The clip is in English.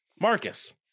Marcus